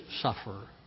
suffer